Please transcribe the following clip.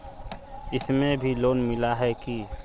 इसमें भी लोन मिला है की